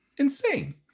Insane